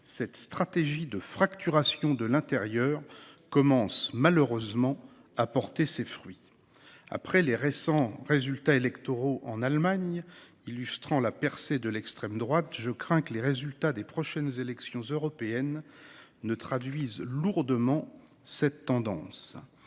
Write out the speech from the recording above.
Cette stratégie de fracturation de l’intérieur commence malheureusement à porter ses fruits : les récents scrutins qui se sont tenus en Allemagne illustrent la percée de l’extrême droite et je crains que les résultats des prochaines élections européennes ne traduisent lourdement cette tendance.